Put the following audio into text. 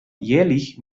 jährlich